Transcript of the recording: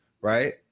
right